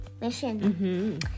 mission